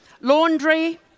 Laundry